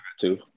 Two